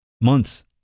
months